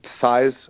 size